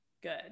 good